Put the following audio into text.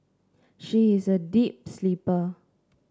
she is a deep sleeper